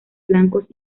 blancos